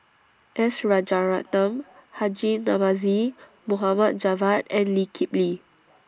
S Rajaratnam Haji Namazie Mohd Javad and Lee Kip Lee